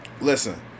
listen